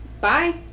Bye